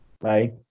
Bye